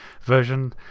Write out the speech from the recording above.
version